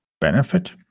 benefit